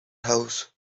house